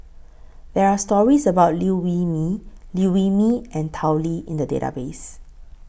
There Are stories about Liew Wee Mee Liew Wee Mee and Tao Li in The Database